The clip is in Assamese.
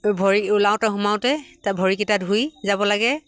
ভৰি ওলাওঁতে সোমাওঁতে তাত ভৰিকিটা ধুই যাব লাগে